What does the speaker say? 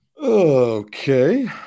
Okay